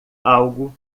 algo